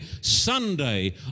sunday